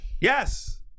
Yes